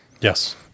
Yes